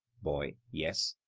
boy yes.